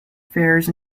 affairs